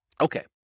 Okay